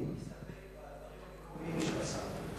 אני אסתפק בדברים המקוריים של השר,